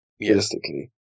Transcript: realistically